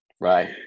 Right